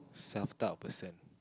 self doubt a person